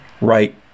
right